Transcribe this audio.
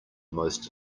most